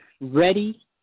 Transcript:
ready